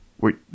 Wait